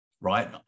right